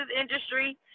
industry